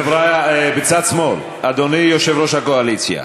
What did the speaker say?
חבריה, בצד שמאל, אדוני יושב-ראש הקואליציה.